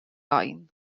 oen